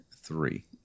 three